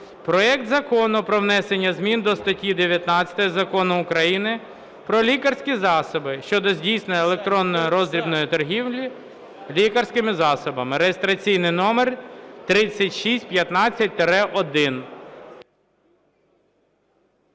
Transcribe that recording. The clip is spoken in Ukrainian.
проект Закону про внесення змін до статті 19 Закону України "Про лікарські засоби" щодо здійснення електронної роздрібної торгівлі лікарськими засобами (реєстраційний номер 3615-1).